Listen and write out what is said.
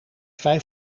vijf